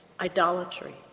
idolatry